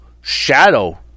shadow